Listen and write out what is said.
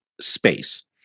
space